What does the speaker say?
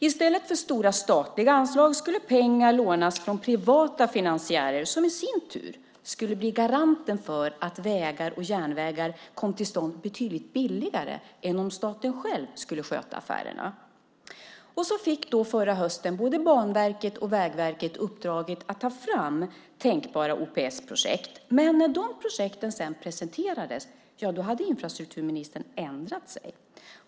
I stället för stora statliga anslag skulle pengar lånas från privata finansiärer som i sin tur skulle bli garant för att vägar och järnvägar kom till stånd betydligt billigare än om staten själv skulle sköta affärerna. Förra hösten fick Banverket och Vägverket uppdraget att ta fram tänkbara OPS-projekt. Men när dessa projekt sedan presenterades hade infrastrukturministern ändrat sig.